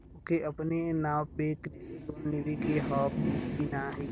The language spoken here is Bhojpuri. ओके अपने नाव पे कृषि लोन लेवे के हव मिली की ना ही?